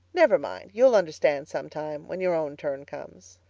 never mind, you'll understand sometime, when your own turn comes.